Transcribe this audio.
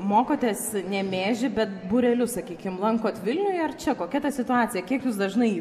mokotės nemėžy bet būrelius sakykim lankot vilniuj ar čia kokia ta situacija kiek jūs dažnai į